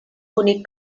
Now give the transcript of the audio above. bonic